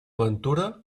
ventura